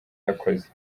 yakoze